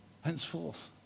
Henceforth